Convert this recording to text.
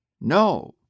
No